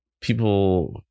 people